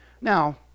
Now